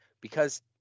because-